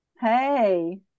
Hey